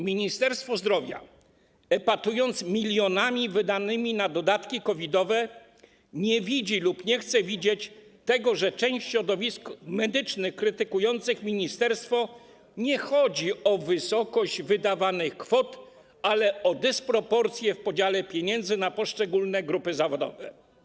Ministerstwo Zdrowia epatując milionami wydanymi na dodatki COVID-owe, nie widzi lub nie chce widzieć tego, że części środowisk medycznych krytykujących ministerstwo nie chodzi o wysokość wydawanych kwot, ale o dysproporcje w podziale pieniędzy na poszczególne grupy zawodowe.